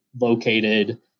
located